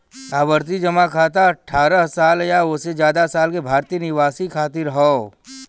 आवर्ती जमा खाता अठ्ठारह साल या ओसे जादा साल के भारतीय निवासियन खातिर हौ